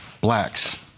Blacks